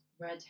red